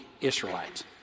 Israelites